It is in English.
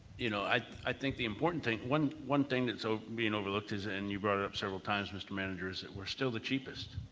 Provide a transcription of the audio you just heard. you know, i think the important thing one one thing that's being ah i mean overlooked is and you brought it up several times, mr. manager, is that we're still the cheapest